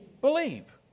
believe